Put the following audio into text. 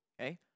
okay